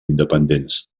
independents